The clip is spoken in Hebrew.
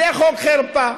זה חוק חרפה,